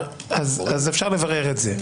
אפשר לברר את זה.